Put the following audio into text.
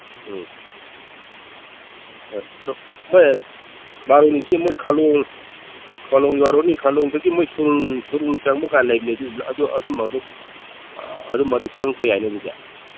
ꯎꯝ ꯍꯣꯏ ꯑꯗꯣ ꯃꯣꯏ ꯕꯥꯔꯨꯅꯤꯁꯦ ꯃꯣꯏ ꯈꯂꯣꯡ ꯈꯂꯣꯡ ꯌꯧꯔꯅꯤ ꯈꯂꯣꯡꯗꯒꯤ ꯃꯣꯏ ꯁꯨꯔꯨꯡ ꯁꯨꯔꯨꯡ ꯆꯪꯕꯀꯥꯏ ꯂꯩꯕꯅꯦ ꯑꯗꯨ ꯑꯗꯨꯝꯕꯗꯣ ꯑꯗꯨꯝꯕꯗꯣ ꯆꯪꯉꯛꯞ ꯌꯥꯏꯅꯦ ꯑꯗꯨꯗꯤ